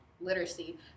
literacy